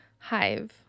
Hive